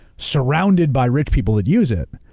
surrounded by rich people that use it,